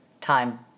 time